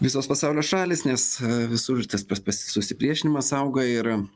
visos pasaulio šalys nes visur tas pats pas susipriešinimas auga ir